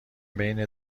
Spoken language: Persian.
بین